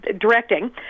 directing